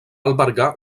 albergar